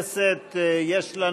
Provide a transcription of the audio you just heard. הצעת סיעת יש עתיד להביע